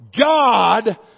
God